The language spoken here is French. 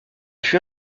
fut